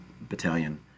battalion